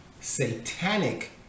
satanic